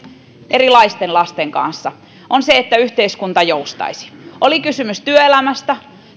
erilaisten lasten kanssa on se että yhteiskunta joustaisi oli sitten kysymys työelämästä